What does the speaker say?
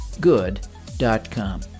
good.com